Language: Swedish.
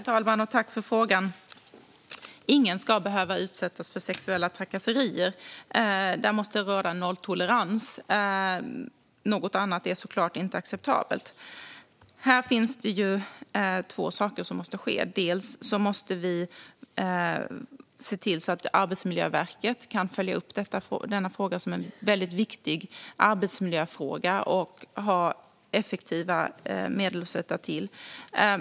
Herr talman! Jag tackar för frågan. Ingen ska behöva utsättas för sexuella trakasserier. Där måste det råda nolltolerans. Något annat är såklart inte acceptabelt. Här är det två saker som måste ske. Vi måste se till att Arbetsmiljöverket kan följa upp denna fråga som en väldigt viktig arbetsmiljöfråga och ha effektiva medel att sätta till.